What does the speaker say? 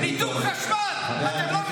חבר הכנסת ביטון, תודה.